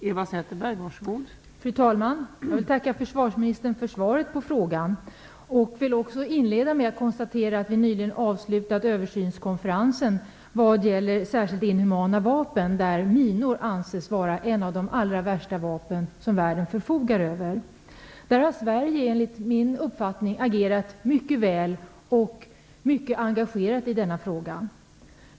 Fru talman! Jag vill tacka försvarsministern för svaret på frågan. Jag vill inleda med att konstatera att vi nyligen avslutat översynskonferensen vad gäller särskilt inhumana vapen. Minor anses där vara ett av de allra värsta vapen som världen förfogar över. Sverige har, enligt min uppfattning, agerat mycket väl och mycket engagerat i denna fråga.